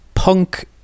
Punk